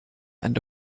and